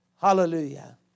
hallelujah